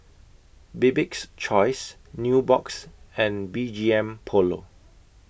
Bibik's Choice Nubox and B G M Polo